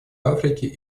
африки